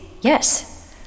Yes